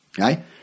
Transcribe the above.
Okay